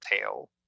tail